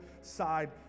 side